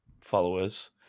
followers